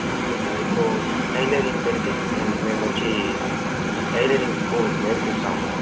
okay sir ఇప్పుడు tailoring పెడితే మేము వచ్చి టైలరింగ్ స్కూల్ నేర్పిస్తాము